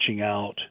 out